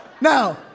Now